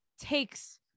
takes